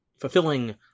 fulfilling